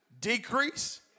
decrease